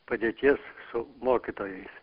padėties su mokytojais